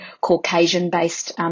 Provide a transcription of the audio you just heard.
Caucasian-based